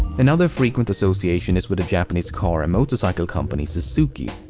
another frequent association is with the japanese car and motorcycle company suzuki.